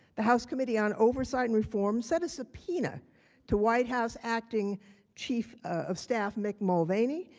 the house committee on oversight and reform sent a subpoena to white house acting chief of staff mick mulvaney.